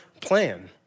plan